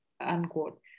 unquote